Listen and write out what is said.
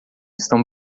estão